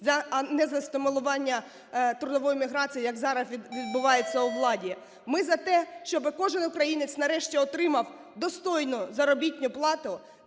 а не за стимулювання трудової міграції як зараз відбувається у владі. Ми за те, щоб кожен українець, нарешті, отримав достойну заробітну плату